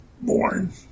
born